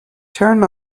turn